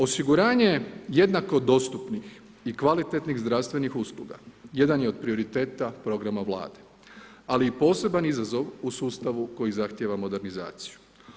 Osiguranje jednako dostupnih i kvalitetnih zdravstvenih usluga jedan je od prioriteta programa Vlade ali i poseban izazov u sustavu koji zahtjeva modernizaciju.